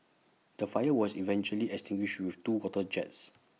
the fire was eventually extinguished with two water jets